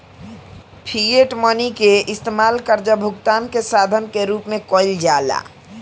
fiat money के इस्तमाल कर्जा भुगतान के साधन के रूप में कईल जाला